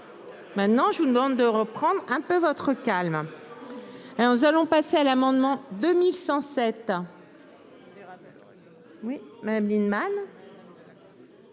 Maintenant, je vous demande de reprendre un peu votre calme. Et nous allons passer à l'amendement 2107. Oui Madame Lienemann.